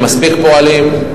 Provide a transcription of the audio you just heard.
אין מספיק פועלים.